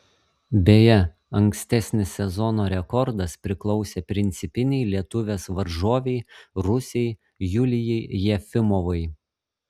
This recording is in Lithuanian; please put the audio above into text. beje ankstesnis sezono rekordas priklausė principinei lietuvės varžovei rusei julijai jefimovai